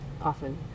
often